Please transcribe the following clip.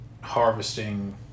harvesting